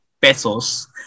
pesos